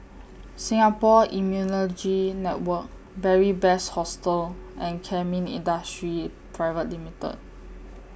Singapore Immunology Network Beary Best Hostel and Kemin Industries Private Limited